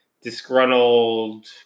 disgruntled